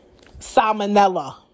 Salmonella